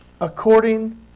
according